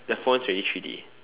the phone is already three D